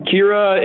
Kira